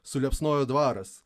suliepsnojo dvaras